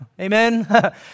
Amen